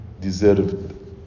deserved